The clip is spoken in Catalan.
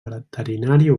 veterinària